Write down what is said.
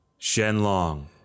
Shenlong